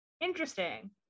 Interesting